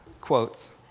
quotes